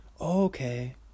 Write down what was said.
Okay